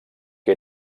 que